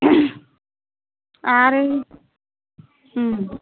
आरो